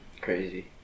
Crazy